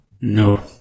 No